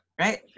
right